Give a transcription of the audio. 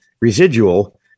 residual